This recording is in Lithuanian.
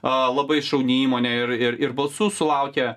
a labai šauni įmonė ir ir ir balsų sulaukia